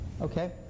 Okay